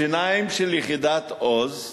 השיניים של יחידת "עוז"